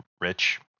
Rich